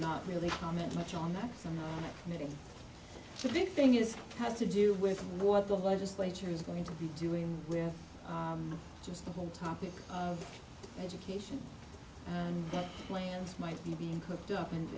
not really comment much on that some are committed to this thing is to do with what the legislature is going to be doing with just the whole topic of education and that plans might be being cooked up and